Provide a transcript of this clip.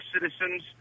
citizens